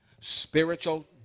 Spiritual